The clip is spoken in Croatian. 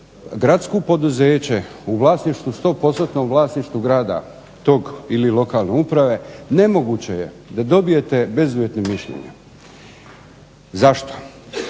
gradsko poduzeće u vlasništvu, sto postotnom vlasništvu grada tog ili lokalne uprave nemoguće je da dobijete bezuvjetno mišljenje. Zašto?